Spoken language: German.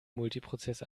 multiprozess